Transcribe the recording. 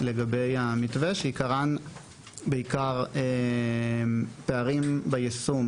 לגבי המתווה שעיקרן בעיקר פערים ביישום